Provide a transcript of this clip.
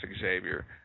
Xavier